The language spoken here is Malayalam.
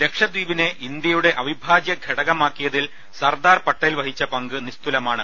ലക്ഷദ്ധീപിനെ ഇന്ത്യയുടെ അവി ഭാജ്യ ഘടകമാക്കിയതിൽ സർദാർ പട്ടേൽ വഹിച്ച പങ്ക് നിസ്തുലമാണ്